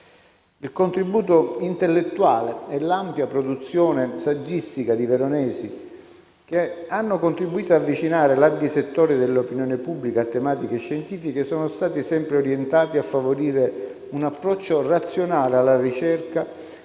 Il contributo intellettuale e l'ampia produzione saggistica di Veronesi, che hanno contribuito ad avvicinare larghi settori dell'opinione pubblica a tematiche scientifiche, sono stati sempre orientati a favorire un approccio razionale alla ricerca,